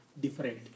different